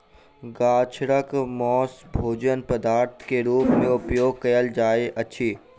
छागरक मौस भोजन पदार्थ के रूप में उपयोग कयल जाइत अछि